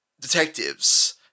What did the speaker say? detectives